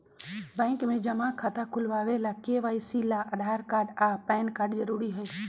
bank में जमा खाता खुलावे ला के.वाइ.सी ला आधार कार्ड आ पैन कार्ड जरूरी हई